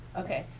okay,